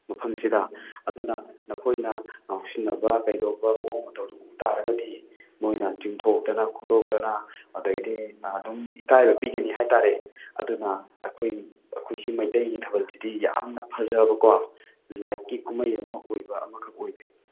ꯃꯐꯝꯁꯤꯗ ꯑꯗꯨꯅ ꯅꯈꯣꯏꯅ ꯉꯥꯎꯁꯤꯟꯅꯕ ꯀꯩꯗꯧꯕ ꯃꯑꯣꯡ ꯃꯇꯧꯗꯨ ꯎ ꯇꯥꯔꯒꯗꯤ ꯃꯣꯏꯅ ꯆꯤꯡꯊꯣꯛꯇꯅ ꯈꯣꯠꯇꯣꯛꯇꯅ ꯑꯗꯒꯤꯗꯤ ꯑꯗꯨꯝ ꯏꯀꯥꯏꯕ ꯄꯤꯒꯅꯤ ꯍꯥꯏ ꯇꯥꯔꯦ ꯑꯗꯨꯅ ꯑꯩꯈꯣꯏ ꯑꯩꯈꯣꯏ ꯑꯁꯤ ꯃꯩꯇꯩꯒꯤ ꯊꯥꯕꯜꯁꯤꯗꯤ ꯌꯥꯝꯅ ꯐꯖꯕꯀꯣ ꯂꯥꯏꯠꯀꯤ ꯀꯨꯝꯃꯩ ꯑꯃ ꯑꯣꯏꯕ ꯑꯃꯈꯛ ꯑꯣꯏꯕꯩ